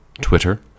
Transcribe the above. Twitter